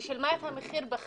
היא שילמה את המחיר בחייה.